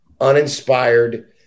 Uninspired